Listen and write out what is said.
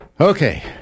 Okay